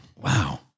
Wow